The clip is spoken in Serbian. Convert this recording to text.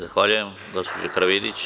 Zahvaljujem gospođo Karavidić.